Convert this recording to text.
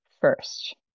first